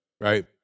right